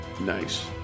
Nice